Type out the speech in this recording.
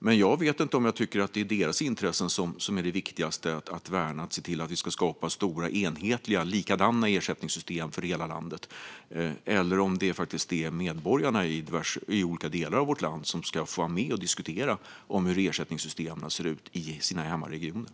Men jag vet inte om jag tycker att deras intressen är det viktigaste att värna, att se till att skapa stora enhetliga, likadana, ersättningssystem för hela landet. Ska det inte vara medborgarna i olika delar av vårt land som får vara med och diskutera hur ersättningssystemen ser ut i hemmaregionerna?